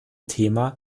thema